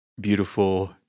beautiful